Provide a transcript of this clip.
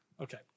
Okay